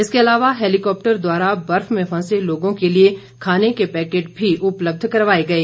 इसके अलावा हेलिकॉप्टर द्वारा बर्फ में फंसे लोगों के लिए खाने के पैकेट भी उपलब्ध करवाए गए